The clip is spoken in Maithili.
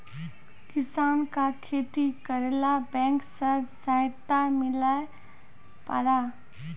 किसान का खेती करेला बैंक से सहायता मिला पारा?